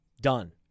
Done